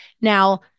Now